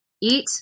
Eat